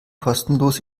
kostenlos